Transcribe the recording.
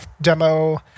demo